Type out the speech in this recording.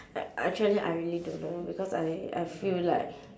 act~ actually I really don't know because I I feel like